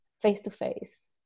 face-to-face